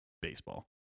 baseball